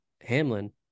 Hamlin